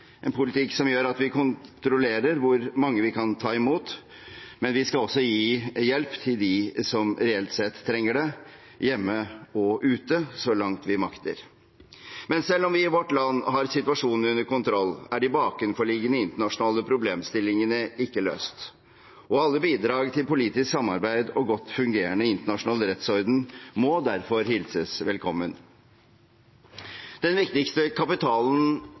en politikk som gjør at vi kontrollerer hvor mange vi kan ta imot, men vi skal også gi hjelp til dem som reelt sett trenger det – hjemme og ute – så langt vi makter. Men selv om vi i vårt land har situasjonen under kontroll, er de bakenforliggende internasjonale problemstillingene ikke løst, og alle bidrag til politisk samarbeid og godt fungerende internasjonal rettsorden må derfor hilses velkommen. Den viktigste kapitalen